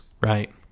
right